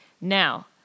Now